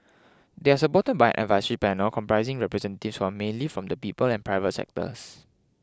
they are supported by an advisory panel comprising representatives who are mainly from the people and private sectors